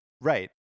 Right